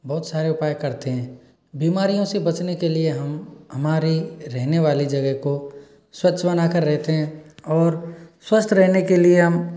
बहुत सारे उपाए करते हैं बीमारियों से बचने के लिए हम हमारे रहने वाले जगह को स्वच्छ बना कर रहते हैं और स्वस्थ रहने के लिए हम